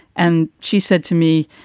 and she said to me,